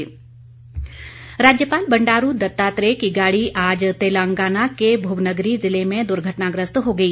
राज्यपाल राज्यपाल बंडारू दत्तात्रेय की गाड़ी आज तेलंगाना के भुवनगरी जिले में दुर्घटना ग्रस्त हो गई